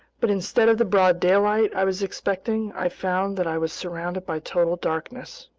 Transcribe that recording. but instead of the broad daylight i was expecting, i found that i was surrounded by total darkness.